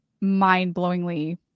mind-blowingly